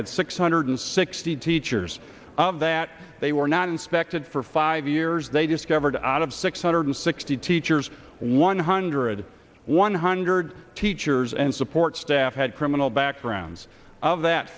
had six hundred sixty teachers that they were not inspected for five years they discovered out of six hundred sixty teachers one hundred one hundred teachers and support staff had criminal backgrounds of that